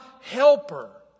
helper